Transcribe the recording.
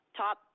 top